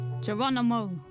Geronimo